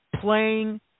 playing